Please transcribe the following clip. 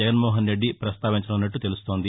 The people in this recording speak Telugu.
జగన్మోహన రెడ్డి ప్రస్తావించనున్నట్లు తెలుస్తోంది